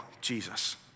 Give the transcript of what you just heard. Jesus